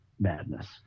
madness